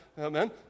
Amen